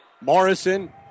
Morrison